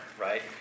right